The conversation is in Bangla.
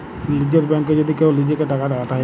লীযের ব্যাংকে যদি কেউ লিজেঁকে টাকা পাঠায়